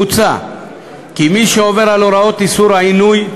מוצע כי מי שעובר על הוראת איסור עינוי,